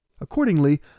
Accordingly